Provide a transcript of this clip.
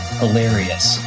hilarious